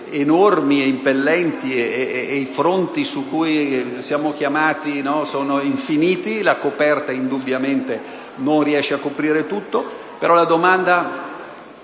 enormi ed impellenti e i fronti su cui siamo chiamati ad agire sono infiniti. La coperta indubbiamente non riesce a coprire tutto, però la domanda